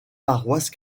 paroisse